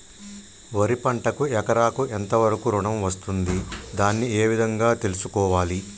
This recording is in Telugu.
వరి పంటకు ఎకరాకు ఎంత వరకు ఋణం వస్తుంది దాన్ని ఏ విధంగా తెలుసుకోవాలి?